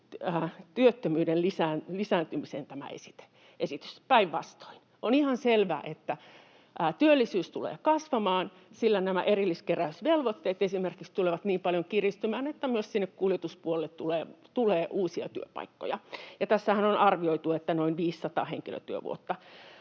työttömyyden lisääntymiseen. Päinvastoin, on ihan selvää, että työllisyys tulee kasvamaan, sillä esimerkiksi erilliskeräysvelvoitteet tulevat niin paljon kiristymään, että myös sinne kuljetuspuolelle tulee uusia työpaikkoja. Tässähän on arvioitu, että noin 500 henkilötyövuoden